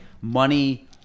money